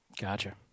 Gotcha